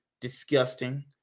disgusting